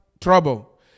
trouble